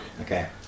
Okay